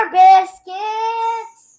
biscuits